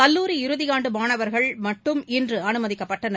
கல்லூரி இறுதி ஆண்டு மாணவர்களுகள் மட்டும் இன்று அனுமதிக்கப்பட்டனர்